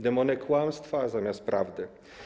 Demony kłamstwa zamiast prawdy.